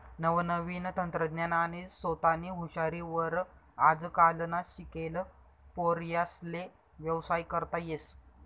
नवनवीन तंत्रज्ञान आणि सोतानी हुशारी वर आजकालना शिकेल पोर्यास्ले व्यवसाय करता येस